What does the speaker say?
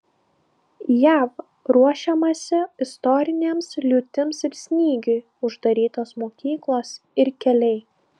jav ruošiamasi istorinėms liūtims ir snygiui uždarytos mokyklos ir keliai